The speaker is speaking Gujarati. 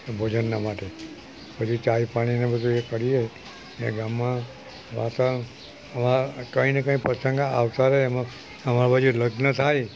ભોજનના માટે પછી ચાય પાણીને એ બધું એ કરીએ ને ગામમાં વાતાવરણ અમારા કંઈ ને કંઈ પ્રસંગ આવતા રહે એમાં અમારા બાજુ લગ્ન થાય